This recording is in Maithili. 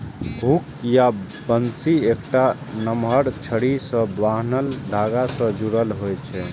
हुक या बंसी एकटा नमहर छड़ी सं बान्हल धागा सं जुड़ल होइ छै